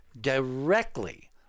directly